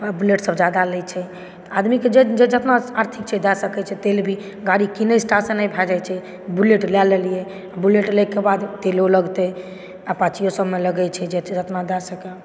आ बुलेटसभ ज्यादा लैत छै आदमीके जेत जेतना आर्थिक छै दए सकैत छै तेल भी गाड़ी किनै टासँ नहि भए जाइत छै बुलेट लए लेलियै बुलेट लै के बाद तेलो लगतै अपाचियो सभमे लगैत छै जेतना दए सकय